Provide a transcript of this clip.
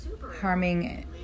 harming